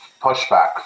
pushback